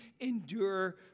endure